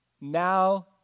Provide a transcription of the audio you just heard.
Now